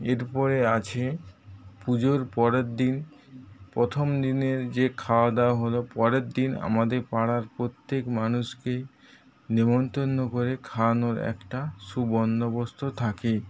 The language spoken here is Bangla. এরপরে আছে পুজোর পরের দিন প্রথম দিনের যে খাওয়া দাওয়া হলো পরের দিন আমাদের পাড়ার প্রত্যেক মানুষকে নেমন্তন্ন করে খাওয়ানোর একটা সুবন্দোবস্ত থাকেই